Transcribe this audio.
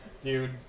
Dude